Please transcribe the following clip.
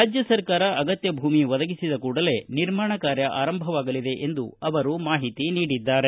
ರಾಜ್ಯ ಸರ್ಕಾರ ಅಗತ್ಯ ಭೂಮಿ ಒದಗಿಸಿದ ಕೂಡಲೇ ನಿರ್ಮಾಣ ಕಾರ್ಯ ಆರಂಭವಾಗಲಿದೆ ಎಂದು ಅವರು ಮಾಹಿತಿ ನೀಡಿದ್ದಾರೆ